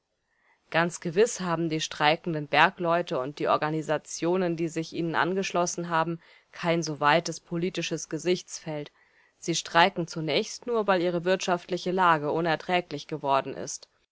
ganz gewiß haben die streikenden bergleute und die organisationen die sich ihnen angeschlossen haben kein so weites politisches gesichtsfeld sie streiken zunächst nur weil ihre wirtschaftliche lage unerträglich geworden ist